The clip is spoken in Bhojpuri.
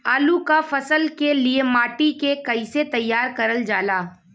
आलू क फसल के लिए माटी के कैसे तैयार करल जाला?